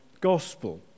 Gospel